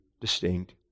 distinct